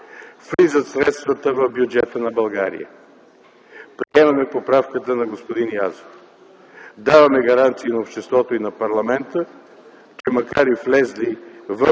Влизат средствата в бюджета на България, приемаме поправката на господин Язов, даваме гаранции на обществото и на парламента, че макар и влезли в